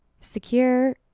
Secure